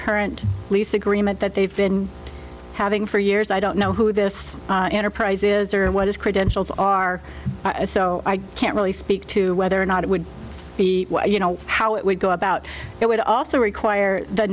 current lease agreement that they've been having for years i don't know who this enterprise is or what his credentials are so i can't really speak to whether or not it would be you know how it would go about it would also require th